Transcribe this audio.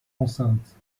enceinte